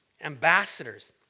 ambassadors